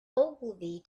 ogilvy